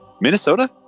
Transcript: Minnesota